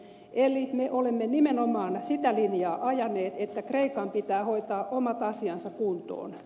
eli me olemme nimenomaan sitä linjaa ajaneet että kreikan pitää hoitaa omat asiansa kuntoon